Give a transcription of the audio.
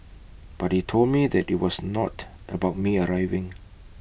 but he told me that IT was not about me arriving